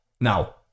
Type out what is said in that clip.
now